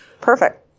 Perfect